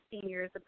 seniors